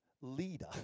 leader